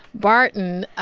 barton.